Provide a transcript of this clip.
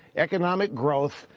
economic growth,